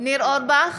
ניר אורבך,